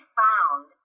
found